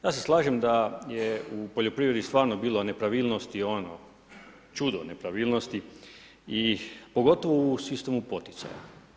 Ja se slažem da je u poljoprivredi stvarno bilo nepravilnosti, ono čudo nepravilnosti i pogotovo u sistemu poticaja.